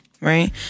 right